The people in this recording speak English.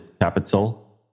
capital